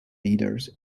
leaders